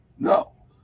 No